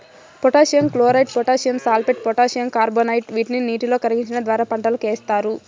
potassium chloride, potassium sulphate, potassium carbonate వీటిని నీటిలో కరిగించడం ద్వారా పంటలకు ఏస్తారు